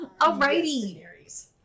Alrighty